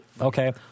Okay